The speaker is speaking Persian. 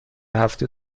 هفته